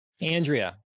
Andrea